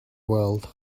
world